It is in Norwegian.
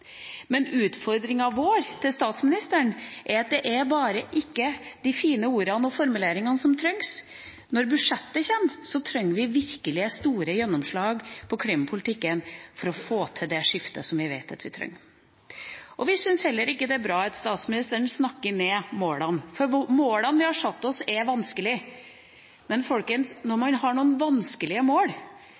Men utfordringa vår til statsministeren er at det ikke bare er de fine ordene og formuleringene som trengs. Når budsjettet kommer, trenger vi virkelig store gjennomslag i klimapolitikken for å få til det skiftet som vi vet at vi trenger. Vi syns heller ikke det er bra at statsministeren snakker ned målene. Målene vi har satt oss, er vanskelige. Men folkens – når man har noen vanskelige mål,